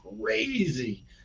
crazy